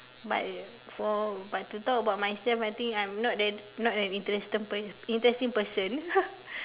but uh for but to talk about myself I think I'm not that not an interestin~ interesting person